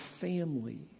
family